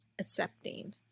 accepting